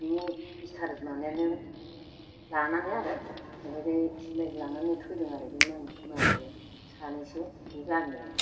बि star माबायानो लानानै आरो ओरै लानानै फैदों आरो मानसिया सानैसो बि गामियाव